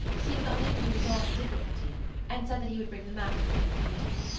seemed unable to resolve the difficulty and said that he would bring the matter before the committee.